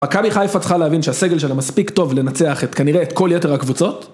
מכבי חיפה צריכה להבין שהסגל שלה מספיק טוב לנצח את כנראה את כל יתר הקבוצות...